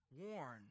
worn